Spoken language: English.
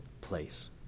place